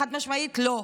חד-משמעית לא.